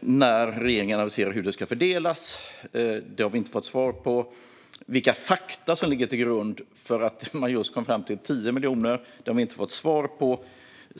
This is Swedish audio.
När regeringen aviserar hur de ska fördelas har vi inte fått svar på. Vilka fakta som ligger till grund för att man kom fram till just 10 miljoner har vi inte fått svar på.